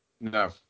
No